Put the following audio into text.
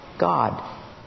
God